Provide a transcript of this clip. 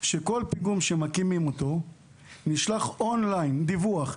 שעל כל פיגום שמוקם נשלח און-ליין דיווח.